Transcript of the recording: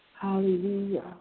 Hallelujah